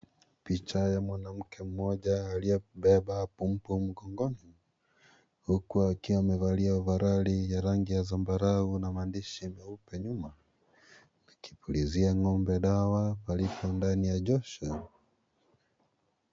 Picha ya mwanamke mmoja aliyebeba pampu mgongoni huku akiwa amevalia ovaroli ya rangi ya sambarau na maandishi meupe nyuma akipulizia ng'ombe dawa palipo ndani ya jengo.